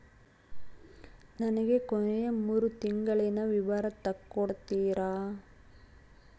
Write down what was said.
ನನಗ ಕೊನೆಯ ಮೂರು ತಿಂಗಳಿನ ವಿವರ ತಕ್ಕೊಡ್ತೇರಾ?